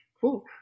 cool